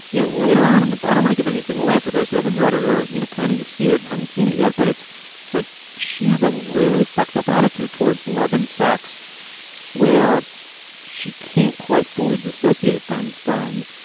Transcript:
you know, later on in the book, i don't wanna give anything away for those who haven't read it or, you know, planning to see it. haven't seen it yet. but it's it's like she has a really fucked up attitude towards love and sex where she can't quite fully dissociated them from.